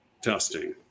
testing